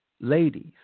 Ladies